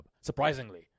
Surprisingly